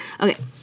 okay